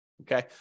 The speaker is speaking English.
Okay